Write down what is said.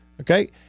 okay